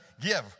give